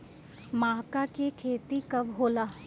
माका के खेती कब होला?